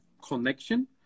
connection